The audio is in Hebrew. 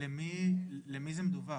למי זה מדווח?